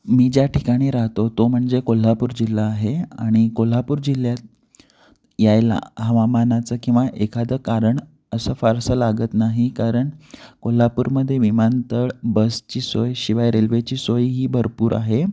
मी ज्या ठिकाणी राहतो तो म्हणजे कोल्हापूर जिल्हा आहे आणि कोल्हापूर जिल्ह्यात यायला हवामानाचं किंवा एखादं कारण असं फारसं लागत नाही कारण कोल्हापूरमध्ये विमानतळ बसची सोय शिवाय रेल्वेची सोय ही भरपूर आहे